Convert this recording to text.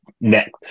next